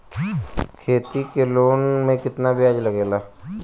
खेती के लोन में कितना ब्याज लगेला?